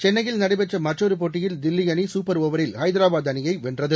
சென்னையில் நடைபெற்றமற்றொருபோட்டியில் தில்லிஅணிசூப்பர் ஓவரில் ஐதராபாத் அணியைவென்றது